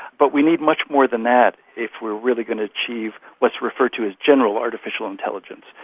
but we need much more than that if we're really going to achieve what's referred to as general artificial intelligence.